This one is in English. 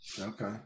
okay